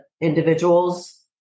individuals